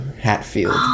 Hatfield